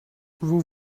vous